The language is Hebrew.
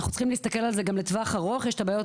אנחנו צריכים להסתכל על זה לטווח הארוך כי יש את הבעיות